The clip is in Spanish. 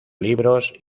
libros